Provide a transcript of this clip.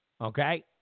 Okay